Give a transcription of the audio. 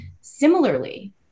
Similarly